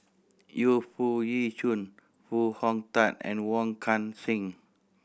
Yu Foo Yee Shoon Foo Hong Tatt and Wong Kan Seng